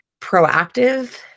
proactive